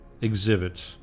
exhibits